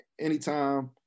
Anytime